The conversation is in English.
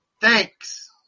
Thanks